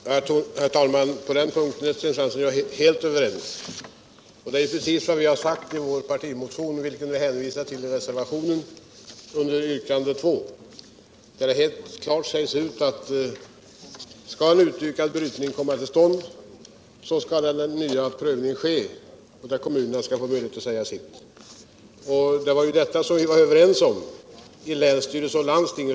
Herr talman! På den punkten är Sten Svensson och jag heh överens. Det är precis vad vi har sagt i vår partimotion, till vilken vi hänvisar i reservationen under yrkandet 2. Där sägs klart ut att skall en utökad brytning komma till stånd skall en ny prövning ske, varvid kommunerna skall få möjlighet att säga sin mening. Detta var vi överens om i länsstyrelsen och landstinget.